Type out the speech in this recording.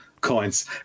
coins